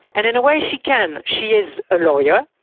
and in a way she can. she is a lawyer,